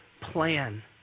plan